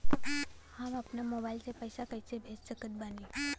हम अपना मोबाइल से पैसा कैसे भेज सकत बानी?